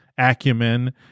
acumen